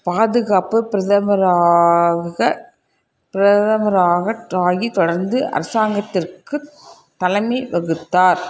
பாதுகாப்பு பிரதமராக பிரதமராக ட்ராகி தொடர்ந்து அரசாங்கத்திற்குத் தலைமை வகுத்தார்